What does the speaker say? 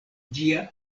ĝia